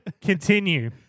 Continue